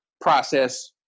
process